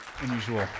unusual